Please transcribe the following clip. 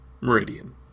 Meridian